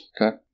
okay